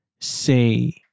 say